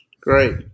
Great